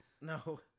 No